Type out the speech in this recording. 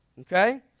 okay